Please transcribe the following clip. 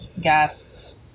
guests